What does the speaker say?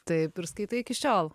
taip ir skaitai iki šiol